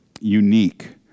unique